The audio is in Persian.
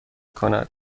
کند